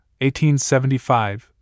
1875